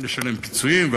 לשלם פיצויים.